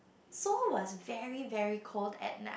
Seoul was very very cold at night